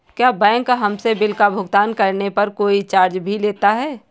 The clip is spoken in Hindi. क्या बैंक हमसे बिल का भुगतान करने पर कोई चार्ज भी लेता है?